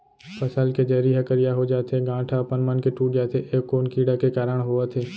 फसल के जरी ह करिया हो जाथे, गांठ ह अपनमन के टूट जाथे ए कोन कीड़ा के कारण होवत हे?